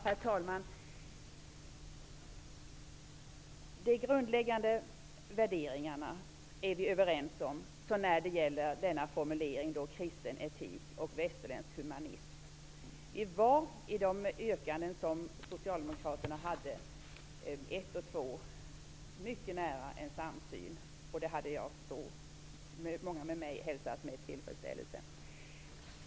Herr talman! Vi är överens om de grundläggande värderingarna så när som när det gäller denna formulering om kristen etik och västerländsk humanism. Vi var mycket nära en samsyn i fråga om socialdemokraternas yrkanden 1 och 2. Det hade jag och många med mig hälsat med tillfredsställelse.